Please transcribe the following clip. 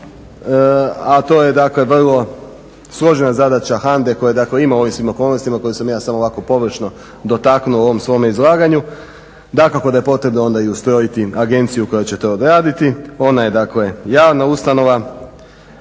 je dakle vrlo složena zadaća HANDA-e koja dakle ima u ovim svim okolnostima koju sam ja samo ovako površno dotaknuo u ovom svom izlaganju. Dakako da je potrebno onda i ustrojiti agenciju koja će to odraditi. Ona je dakle javna ustanova,